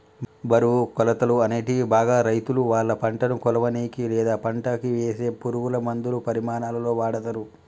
బరువు, కొలతలు, అనేటివి బాగా రైతులువాళ్ళ పంటను కొలవనీకి, లేదా పంటకివేసే పురుగులమందుల పరిమాణాలలో వాడతరు